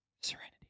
Serenity